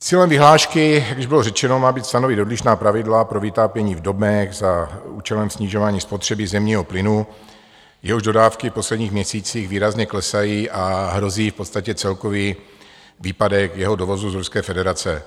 Cílem vyhlášky, jak již bylo řečeno, má být stanovit odlišná pravidla pro vytápění v domech za účelem snižování spotřeby zemního plynu, jehož dodávky v posledních měsících výrazně klesají, a hrozí v podstatě celkový výpadek jeho dovozu z Ruské federace.